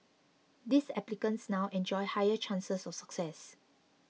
these applicants now enjoy higher chances of success